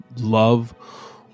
love